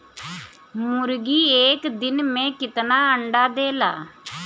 मुर्गी एक दिन मे कितना अंडा देला?